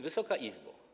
Wysoka Izbo!